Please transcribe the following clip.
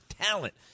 talent